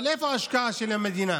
אבל איפה ההשקעה של המדינה?